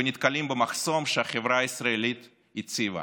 ונתקלים במחסום שהחברה הישראלית הציבה.